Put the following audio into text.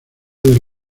del